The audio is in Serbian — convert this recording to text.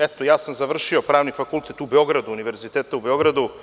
Eto, ja sam završio Pravni fakultet Univerziteta u Beogradu.